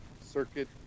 circuit